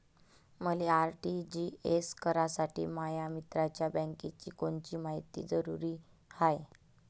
मले आर.टी.जी.एस करासाठी माया मित्राच्या बँकेची कोनची मायती जरुरी हाय?